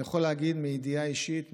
אני יכול להגיד מידיעה אישית,